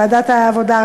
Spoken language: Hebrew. ועדת העבודה,